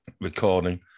recording